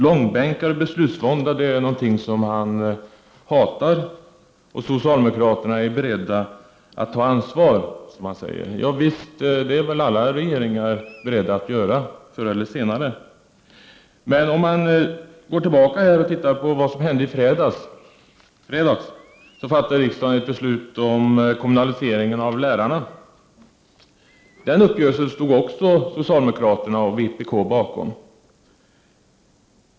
Långbänkar och beslutsvånda är någonting som han hatar. Socialdemokraterna är beredda att ta ansvaret, som han säger. Ja visst, det är väl alla regeringar beredda att göra förr eller senare. Men låt oss gå tillbaka och se vad som hände i fredags. Då fattade riksdagen beslut om kommunalisering av lärarna. Den uppgörelsen stod också socialdemokraterna och vpk bakom.